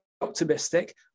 optimistic